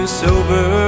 sober